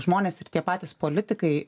žmonės ir tie patys politikai